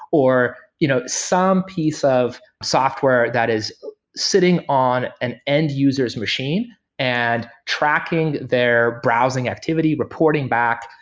or you know some piece of software that is sitting on an end-user s machine and tracking their browsing activity, reporting back.